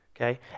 Okay